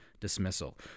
dismissal